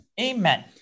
Amen